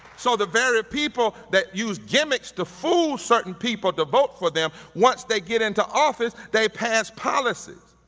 so, the very people that use gimmicks to fool certain people to vote for them, once they get into office, they pass policies.